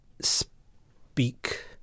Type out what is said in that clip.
speak